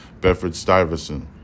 Bedford-Stuyvesant